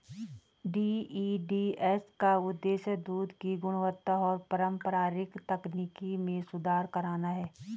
DEDS का उद्देश्य दूध की गुणवत्ता और पारंपरिक तकनीक में सुधार करना है